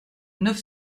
neuf